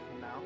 now